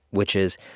which is,